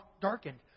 darkened